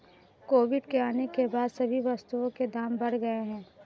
Covid के आने के बाद सभी वस्तुओं के दाम बढ़ गए हैं